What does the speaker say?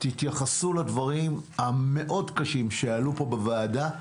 תתייחסו לדברים המאוד קשים שעלו כאן בוועדה.